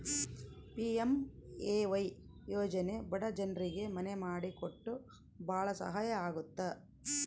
PMAY ಯೋಜನೆ ಬಡ ಜನ್ರಿಗೆ ಮನೆ ಮಾಡಿ ಕೊಟ್ಟು ಭಾಳ ಸಹಾಯ ಆಗುತ್ತ